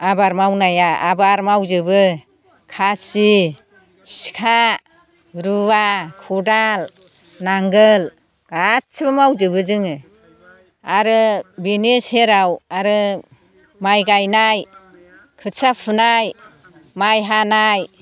आबार मावनाया आबार मावजोबो खासि सिखा रुवा खदाल नांगोल गासिबो मावजोबो जोङो आरो बिनि सेराव आरो माइ गाइनाय खोथिया फुनाय माइ हानाय